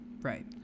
Right